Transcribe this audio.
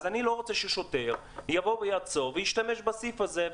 אני לא רוצה ששוטר יבוא ויעצור וישתמש בסעיף הזה,